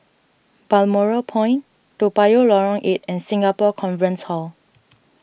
Balmoral Point Toa Payoh Lorong eight and Singapore Conference Hall